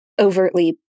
overtly